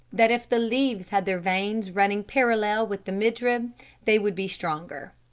that if the leaves had their veins running parallel with the midrib they would be stronger.